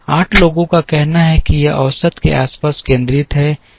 8 लोगों का कहना है कि यह औसत के आसपास केंद्रित है